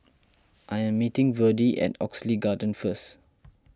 I am meeting Verdie at Oxley Garden first